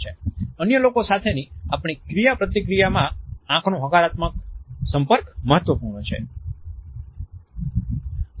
અન્ય લોકો સાથેની આપણી ક્રિયાપ્રતિક્રિયામાં આંખનો હકારાત્મક સંપર્ક મહત્વપૂર્ણ છે